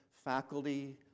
Faculty